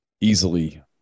easily